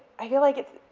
i feel like it's,